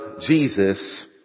Jesus